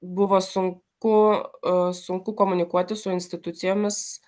buvo sunku sunku komunikuoti su institucijomis